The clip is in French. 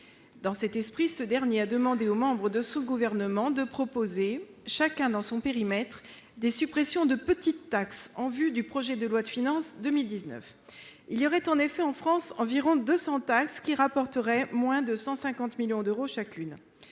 Dans cet esprit, ce dernier a demandé aux membres du Gouvernement de proposer, chacun dans son périmètre, des suppressions de petites taxes en vue du projet de loi de finances pour 2019. En effet, on dénombrerait, en France, environ 200 taxes rapportant chacune moins de 150 millions d'euros.